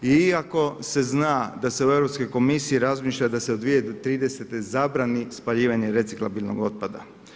I iako se zna da se u Europskoj komisiji razmišlja da se do 2030. zabrani spaljivanje reciklabinog otpada.